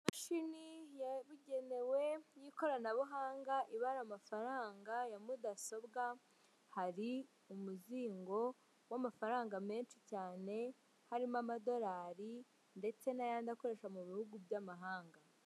Imashini yabugenewe y'ikoranabuhanga ibara amafaranga ya mudasobwa, hari umuzingo w'amafaranga menshi cyane harimo amadorari, ndetse n'ayandi akoresha mu bihugu by'amahanga.